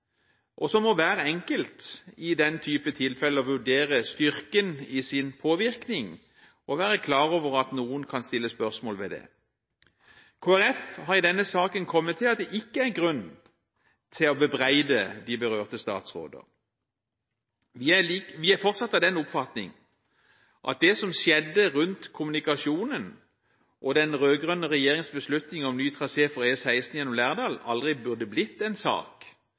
inhabile. Så må hver enkelt, i den typen tilfeller, vurdere styrken i sin påvirkning og være klar over at noen kan stille spørsmål ved det. Kristelig Folkeparti har i denne saken kommet til at det ikke er grunn til å bebreide de berørte statsråder. Vi er fortsatt av den oppfatning at det som skjedde rundt kommunikasjonen og den rød-grønne regjeringens beslutning om ny trasé for E16 gjennom Lærdal, aldri burde blitt en sak